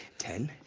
ten,